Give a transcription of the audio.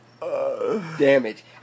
damage